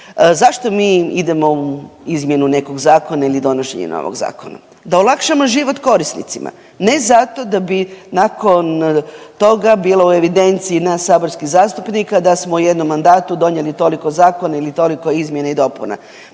Zašto mi idemo u izmjenu nekog zakona ili donošenje novog zakona? Da olakšamo život korisnicima, ne zato da bi nakon toga bilo u evidenciji nas saborskih zastupnika da smo u jednom mandatu donijeli toliko zakona ili toliko izmjena i dopuna.